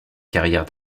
carrière